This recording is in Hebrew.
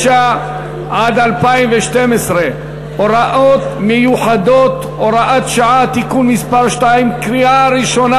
עד 2012 (הוראות מיוחדות) (הוראת שעה) (תיקון מס' 2) קריאה ראשונה.